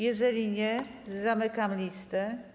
Jeżeli nie, zamykam listę.